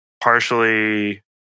partially